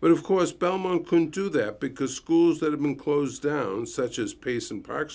but of course belmont couldn't do that because schools that have been closed down such as pace and p